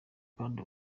kandi